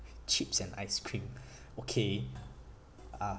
chips and ice cream okay uh